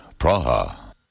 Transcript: Praha